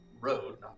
Road